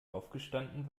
aufgestanden